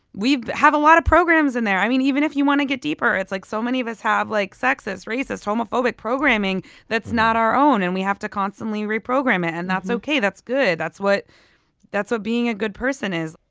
we have a lot of programs in there. i mean, even if you want to get deeper, like so many of us have like sexist, racist, homophobic programing that's not our own. and we have to constantly reprogram it. and that's okay. that's good. that's what that's what being a good person is.